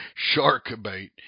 Sharkbait